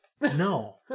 no